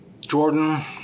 Jordan